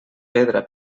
pedra